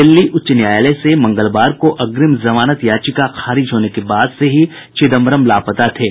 दिल्ली उच्च न्यायालय से मंगलवार को अग्रिम जमानत याचिका खारिज होने के बाद से चिदंबरम लापता थे